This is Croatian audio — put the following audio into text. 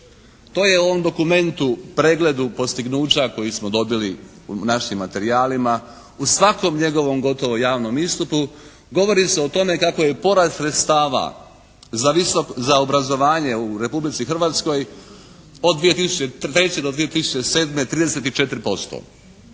to je u ovom dokumentu, pregledu postignuća koji smo dobili u našim materijalima, u svakom njegovom gotovo javnom istupu govori se o tome kako je porast sredstava za obrazovanje u Republici Hrvatskoj od 2003. do 2007. 34%